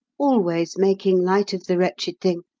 always making light of the wretched thing.